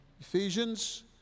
Ephesians